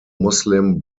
muslim